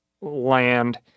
land